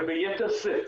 וביתר שאת.